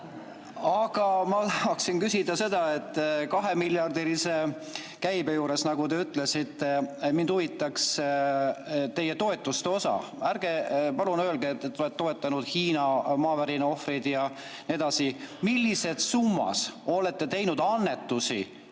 Aga ma tahaksin küsida seda. Kahemiljardilise käibe juures, mida te mainisite, mind huvitaks teie toetuste osa. Ärge palun öelge, et te olete toetanud Hiina maavärina ohvreid jne. Millises summas olete te teinud annetusi